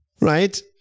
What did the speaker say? Right